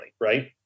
right